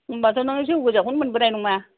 होनबाथ' नोङो जौ गोजाखौनो मोनबोनाय नङा